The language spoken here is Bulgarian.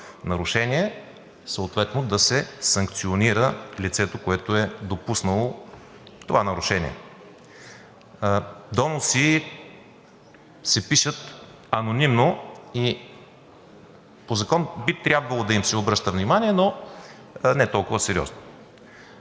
нарушение, съответно да се санкционира лицето, което е допуснало това нарушение. Доноси се пишат анонимно и по закон би трябвало да им се обръща внимание, но не толкова сериозно.